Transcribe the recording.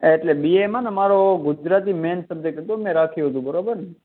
એટલે બી એમાંને મારો ગુજરાતી મેઈન સબજેક્ટ હતો મેં રાખ્યું હતું બરોબર ને